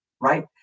right